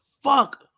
Fuck